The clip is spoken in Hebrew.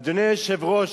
אדוני היושב-ראש,